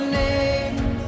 name